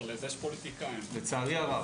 לצערי הרב.